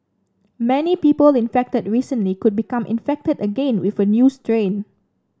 many people infected recently could become infected again with a new strain